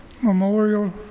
Memorial